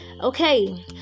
okay